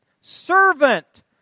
servant